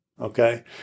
Okay